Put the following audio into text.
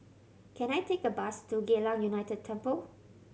can I take a bus to Geylang United Temple